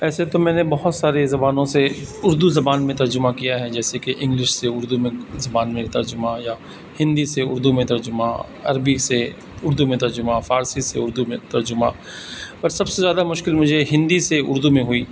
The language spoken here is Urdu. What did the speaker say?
ایسے تو میں نے بہت ساری زبانوں سے اردو زبان میں ترجمہ کیا ہے جیسے کہ انگلش سے اردو میں زبان میں ترجمہ یا ہندی سے اردو میں ترجمہ عربی سے اردو میں ترجمہ فارسی سے اردو میں ترجمہ پر سب سے زیادہ مشکل مجھے ہندی سے اردو میں ہوئی